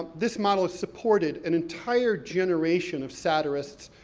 this model supported an entire generation of satirists,